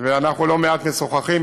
ואנחנו לא מעט משוחחים,